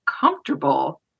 comfortable